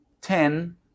ten